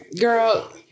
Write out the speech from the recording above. girl